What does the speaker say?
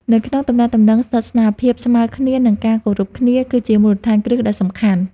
នៅក្នុងទំនាក់ទំនងស្និទ្ធស្នាល ភាពស្មើគ្នា និងការគោរពគ្នា គឺជាមូលដ្ឋានគ្រឹះដ៏សំខាន់។